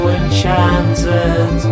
enchanted